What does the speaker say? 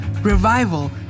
revival